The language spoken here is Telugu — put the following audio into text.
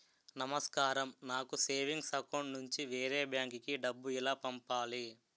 నమస్కారం నాకు సేవింగ్స్ అకౌంట్ నుంచి వేరే బ్యాంక్ కి డబ్బు ఎలా పంపాలి?